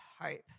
hope